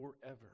forever